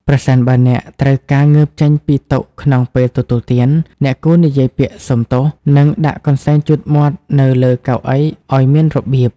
ប្រសិនបើអ្នកត្រូវការងើបចេញពីតុក្នុងពេលទទួលទាន អ្នកគួរនិយាយពាក្យ "សូមទោស" និងដាក់កន្សែងជូតមាត់នៅលើកៅអីឱ្យមានរបៀប។